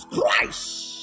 Christ